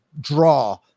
draw